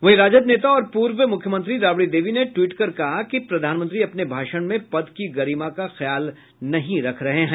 वहीं राजद नेता और पूर्व मुख्यमंत्री राबड़ी देवी ने ट्वीट कर कहा कि प्रधानमंत्री अपने भाषण में पद की गरिमा का ख्याल नहीं रख रहे हैं